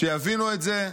שיבינו את זה,